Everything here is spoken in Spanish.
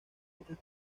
estas